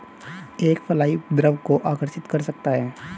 एक फ्लाई उपद्रव को आकर्षित कर सकता है?